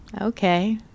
Okay